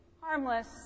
harmless